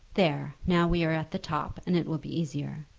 there now we are at the top, and it will be easier.